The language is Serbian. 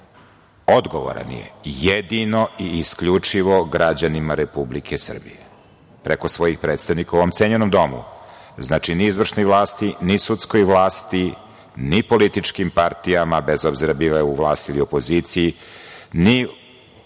odgovoran je jedino i isključivo građanima Republike Srbije, preko svojih predstavnika u ovom cenjenom domu, znači, ni izvršnoj vlasti, ni sudskoj vlasti, ni političkim partijama, bez obzira bile u vlasti ili opoziciji,